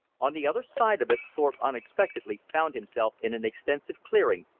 on the other side of it thorpe unexpectedly found himself in an extensive clearing,